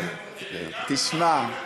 תשמע,